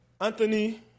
Anthony